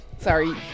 Sorry